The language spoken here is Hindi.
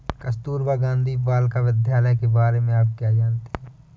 कस्तूरबा गांधी बालिका विद्यालय के बारे में आप क्या जानते हैं?